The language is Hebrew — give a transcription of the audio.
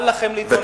אל לכם להתלונן.